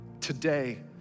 today